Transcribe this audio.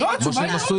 לא, התשובה היא לא.